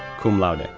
cum laude,